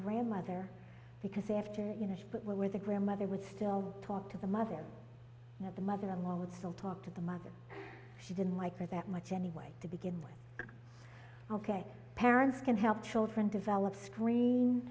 grandmother because after you know where the grandmother would still talk to the mother the mother alone would still talk to the mother she didn't like her that much anyway to begin with ok parents can help children develop screen